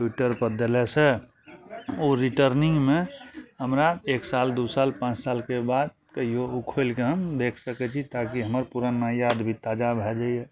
ट्विटरपर देने से ओ रिटर्निंगमे हमरा एक साल दू साल पाँच सालके बाद कहियो उ खोलिकऽ हम देख सकय छी ताकि हमर पुराना याद भी ताजा भए जाइए